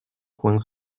coin